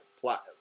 plot